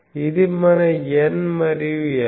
ఇది మన N మరియు L